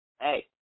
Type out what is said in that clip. hey